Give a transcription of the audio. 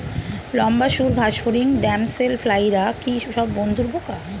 লম্বা সুড় ঘাসফড়িং ড্যামসেল ফ্লাইরা কি সব বন্ধুর পোকা?